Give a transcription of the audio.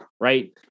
right